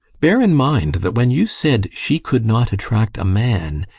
bear in mind that when you said she could not attract a man,